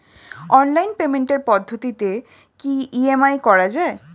Online পেমেন্টের পদ্ধতিতে কি ই.এম.আই করা যায়?